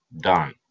done